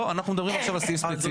לא, אנחנו מדברים עכשיו על סעיף ספציפי.